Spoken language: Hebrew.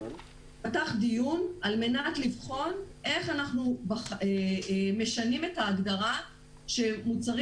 ייפתח דיון על מנת לבחון איך אנחנו משנים את ההגדרה שמוצרים